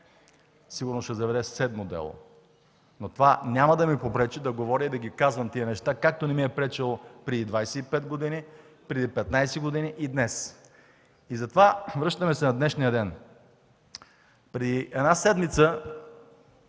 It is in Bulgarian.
Сигурно ще заведе седмо дело. Но това няма да ми попречи да говоря и да ги казвам тези неща, както не ми е пречело преди 25 години, преди 15 години и днес. Връщаме се на днешния ден. Вчера отхвърлихте